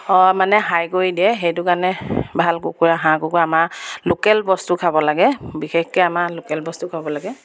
মানে হাই কৰি দিয়ে সেইটো কাৰণে ভাল কুকুৰা হাঁহ কুকুৰা আমাৰ লোকেল বস্তু খাব লাগে বিশেষকৈ আমাৰ লোকেল বস্তু খুৱাব লাগে